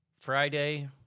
Friday